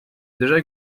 déjà